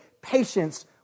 patience